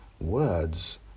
words